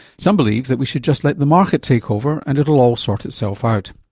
some believe that we should just let the market take over, and it'll all sort itself out.